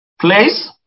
place